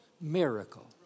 miracle